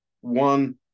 one